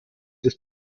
ist